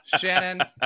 Shannon